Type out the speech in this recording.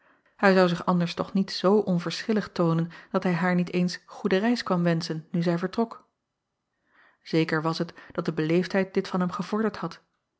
hij zou zich anders acob van ennep laasje evenster delen toch niet zoo onverschillig toonen dat hij haar niet eens goede reis kwam wenschen nu zij vertrok eker was het dat de beleefdheid dit van hem gevorderd had